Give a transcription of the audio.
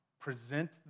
present